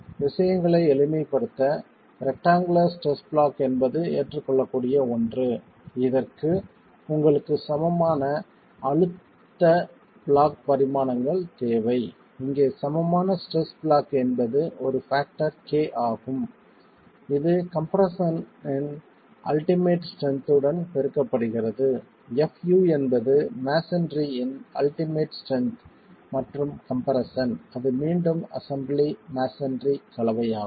விஷயங்களை எளிமைப்படுத்த rectangular stress block என்பது ஏற்றுக்கொள்ளக்கூடிய ஒன்று இதற்கு உங்களுக்குச் சமமான அழுத்தத் பிளாக் பரிமாணங்கள் தேவை இங்கே சமமான ஸ்ட்ரெஸ் பிளாக் என்பது ஒரு பாக்டர் k ஆகும் இது கம்ப்ரெஸ்ஸன் இன் அல்டிமேட் ஸ்ட்ரென்த் உடன் பெருக்கப்படுகிறது fu என்பது மஸோன்றி இன் அல்டிமேட் ஸ்ட்ரென்த் மற்றும் கம்ப்ரெஸ்ஸன் அது மீண்டும் அசெம்பிளி மஸோன்றி கலவை ஆகும்